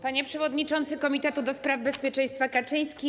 Panie Przewodniczący Komitetu do Spraw Bezpieczeństwa Kaczyński!